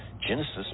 Genesis